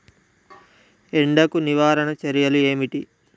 ఎండకు నివారణ చర్యలు ఏమిటి?